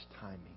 timing